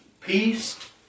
peace